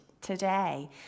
today